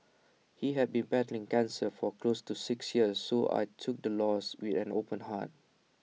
he had been battling cancer for close to six years so I took the loss with an open heart